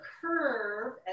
curve